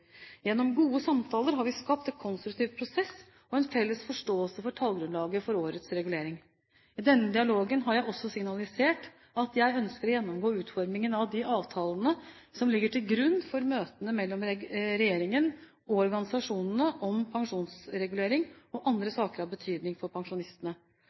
Gjennom gode samtaler har vi skapt en konstruktiv prosess og en felles forståelse for tallgrunnlaget for årets regulering. I denne dialogen har jeg også signalisert at jeg ønsker å gjennomgå utformingen av de avtalene som ligger til grunn for møtene mellom regjeringen og organisasjonene om pensjonsregulering og andre saker av betydning for pensjonistene.